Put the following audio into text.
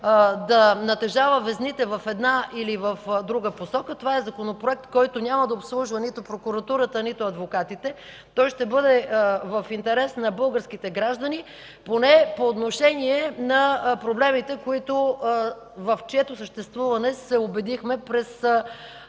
да натежава везните в една или в друга посока. Това е Законопроект, който няма да обслужва нито прокуратурата, нито адвокатите. Той ще бъде в интерес на българските граждани поне по отношение на проблемите, в чието съществуване се убедихме през